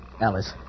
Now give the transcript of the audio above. Alice